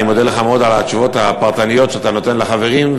אני מודה לך מאוד על התשובות הפרטניות שאתה נותן לחברים,